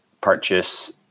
purchase